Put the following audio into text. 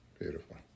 Beautiful